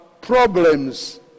problems